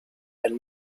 and